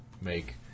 make